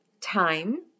time